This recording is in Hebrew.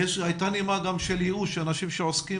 הייתה נימה גם של ייאוש של האנשים שעוסקים